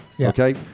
Okay